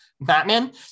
Batman